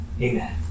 Amen